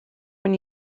when